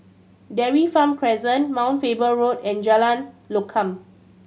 Dairy Farm Crescent Mount Faber Road and Jalan Lokam